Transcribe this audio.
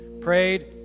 Prayed